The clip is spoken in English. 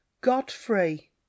Godfrey